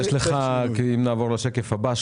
אם נעבור לשקף הבא,